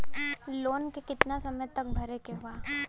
Loan के कितना समय तक मे भरे के बा?